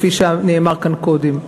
כפי שנאמר כאן קודם.